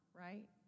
right